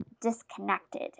disconnected